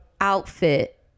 outfit